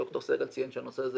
דוקטור סגל ציין שהנושא הזה